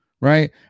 right